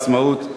העצמאות,